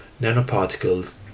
nanoparticles